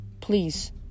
please